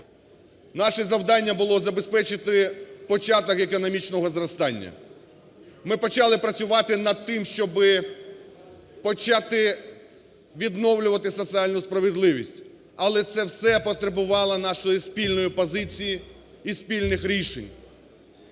Наше завдання було забезпечити початок економічного зростання. Ми почали працювати над тим, щоб почати відновлювати соціальну справедливість, але це все потребувало нашої спільної позиції і спільних рішень.